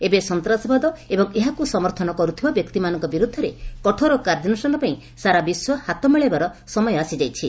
ଏବେ ସନ୍ତାସବାଦ ଏବଂ ଏହାକୁ ସମର୍ଥନ କରୁଥିବା ବ୍ୟକ୍ତିମାନଙ୍କ ବିରୁଦ୍ଧରେ କଠୋର କାର୍ଯ୍ୟାନୁଷ୍ଠାନ ପାଇଁ ସାରା ବିଶ୍ୱ ହାତ ମିଳାଇବାର ସମୟ ଆସିଯାଇଛି